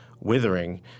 withering